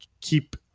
keep